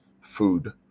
food